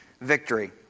victory